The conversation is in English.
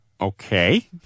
Okay